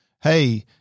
Hey